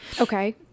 Okay